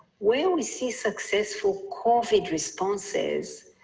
where we see successful covid responses,